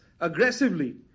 aggressively